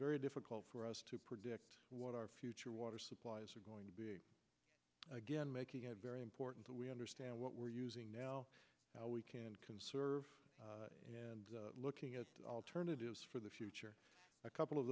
very difficult for us to predict what our future water supplies are going to be again making it very important that we understand what we're using now how we can conserve and looking at alternatives for the future a couple of